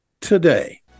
today